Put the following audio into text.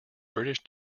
british